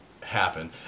happen